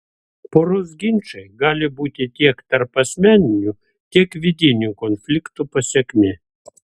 poros ginčai gali būti tiek tarpasmeninių tiek vidinių konfliktų pasekmė